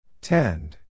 Tend